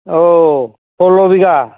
औ सल्ल' बिगा